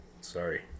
Sorry